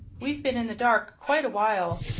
we've been in the dark quite a while,